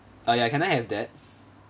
ah ya can I have that